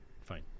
Fine